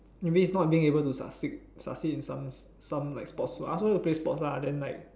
you mean is not being able to succeed succeed in some some like sports I also like to play sports lah then like